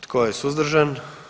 Tko je suzdržan?